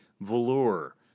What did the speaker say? velour